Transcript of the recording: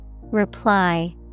Reply